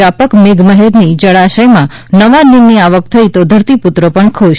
વ્યાપક મેઘમહેરથી જળાશયમાં નવા નીરની આવક થઈ તો ધરતી પુત્રો પણ ખુશ